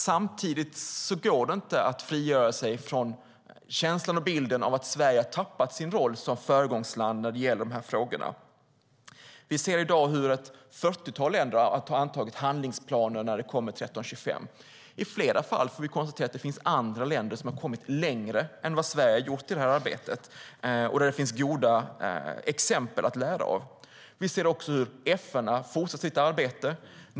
Samtidigt går det inte att frigöra sig från känslan och bilden av att Sverige har tappat sin roll som föregångsland när det gäller dessa frågor. I dag ser vi att ett fyrtiotal länder har antagit handlingsplaner för 1325. I flera fall får vi konstatera att det finns andra länder som har kommit längre i arbetet än Sverige, och där finns goda exempel att lära av. Vi ser också hur FN har fortsatt sitt arbete.